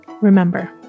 Remember